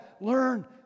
learn